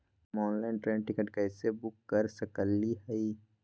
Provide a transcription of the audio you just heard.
हम online train ticket कैसे book कर सकली हई?